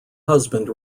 husband